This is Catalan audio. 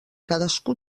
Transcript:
cadascú